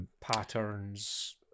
patterns